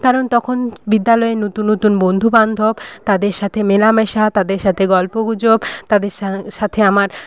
কারণ তখন বিদ্যালয়ে নতুন নতুন বন্ধুবান্ধব তাদের সাথে মেলামেশা তাদের সাথে গল্পগুজব তাদের সাথে আমার